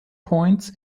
points